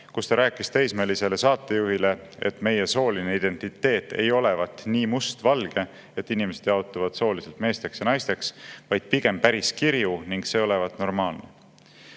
kus ta rääkis teismelisele saatejuhile, et meie sooline identiteet ei ole nii must-valge, et inimesed jaotuvad sooliselt meesteks ja naisteks, pigem on see päris kirju, ning see olevat